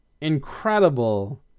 incredible